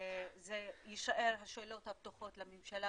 ויישארו השאלות הפתוחות לממשלה